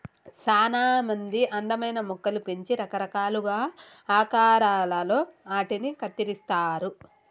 సానా మంది అందమైన మొక్కలు పెంచి రకరకాలుగా ఆకారాలలో ఆటిని కత్తిరిస్తారు